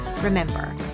Remember